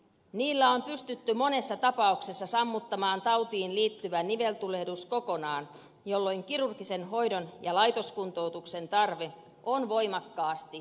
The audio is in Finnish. niillä on pystytty monessa tapauksessa sammuttamaan tautiin liittyvä niveltulehdus kokonaan jolloin kirurgisen hoidon ja laitoskuntoutuksen tarve on voimakkaasti pienentynyt